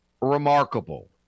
Remarkable